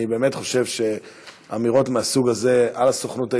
אני באמת חושב שאמירות מהסוג הזה על הסוכנות היהודית,